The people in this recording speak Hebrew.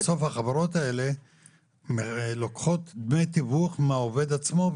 שבסוף החברות האלה לוקחות דמי תיווך מהעובד עצמו.